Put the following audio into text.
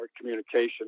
communication